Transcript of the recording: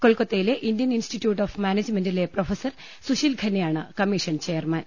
കൊൽക്കത്തയിലെ Indian institute of മാനേജ്മെന്റിലെ professor Sushil ഖന്നയാണ് കമ്മീ ഷൻ ചെയർമാൻ